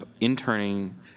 interning